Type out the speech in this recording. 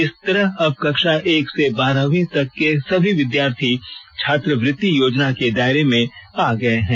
इस तरह अब कक्षा एक से बारहवीं कक्षा तक के सभी विद्यार्थी छात्रवृति योजना के दायरे में आ गए हैं